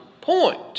point